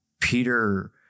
Peter